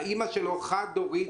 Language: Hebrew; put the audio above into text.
אימא שלו היא חד-הורית,